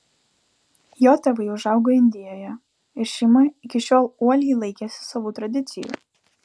jo tėvai užaugo indijoje ir šeima iki šiol uoliai laikėsi savų tradicijų